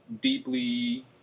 deeply